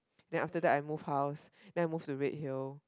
then after that I move house then I move to Redhill